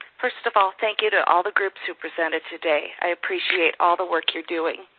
first of all, thank you to all the groups who presented today. i appreciate all the work you're doing.